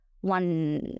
one